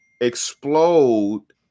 explode